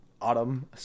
Autumn